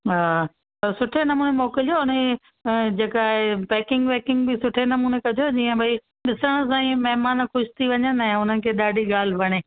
हा त सुठो नमूने मोकिलिजो अने अ जेका पैकिंग वैकिंग बि सुठे नमूने कजो जीअं भाई ॾिसण सां ई महिमान ख़ुशि थी वञनि ऐं उन्हनि खे ॾाढी ॻाल्हि वणे